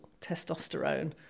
testosterone